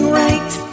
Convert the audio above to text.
right